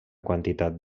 quantitat